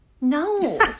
No